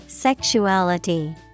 Sexuality